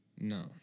No